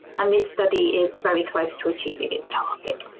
and this study is very close to achieving its target.